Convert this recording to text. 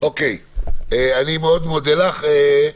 אני מאוד מודה לך.